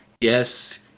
Yes